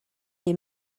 les